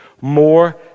more